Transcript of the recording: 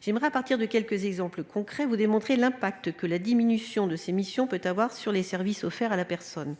j'aimerais, à partir de quelques exemples concrets, vous démontrer l'impact que la diminution de ces missions peut avoir sur les services offerts à la personne.